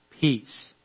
peace